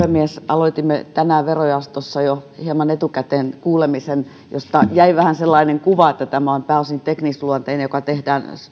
aloitimme tänään verojaostossa jo hieman etukäteen kuulemisen josta jäi vähän sellainen kuva että tämä on pääosin teknisluonteinen ja tehdään